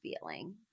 feeling